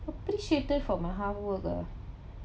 appreciated for my hard work ah